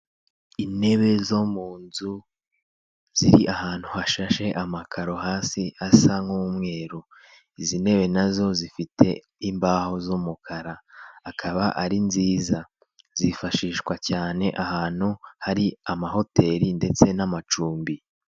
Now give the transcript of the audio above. Intebe zo mu nzu ziri ahantu hashashe amakaro hasi asa nk'umweru, izi ntebe nazo zifite imbaho z'umukara, akaba ari nziza zifashishwa cyane ahantu hari amahoteli ndetse n'amacumbi.